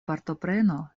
partopreno